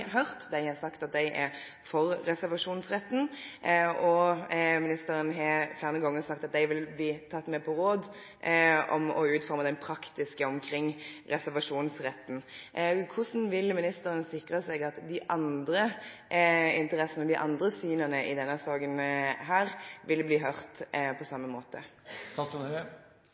hørt. De har sagt at de er for reservasjonsretten, og ministeren har flere ganger sagt at de vil bli tatt med på råd når det gjelder å utforme det praktiske omkring reservasjonsretten. Hvordan vil ministeren sikre at de andre interessene og de andre synene i denne saken vil bli hørt på samme måte?